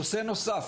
נושא נוסף,